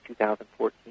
2014